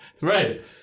Right